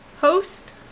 host